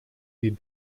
die